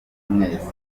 mwese